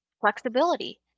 flexibility